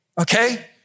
okay